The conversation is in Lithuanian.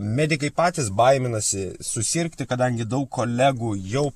medikai patys baiminasi susirgti kadangi daug kolegų jau